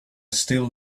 still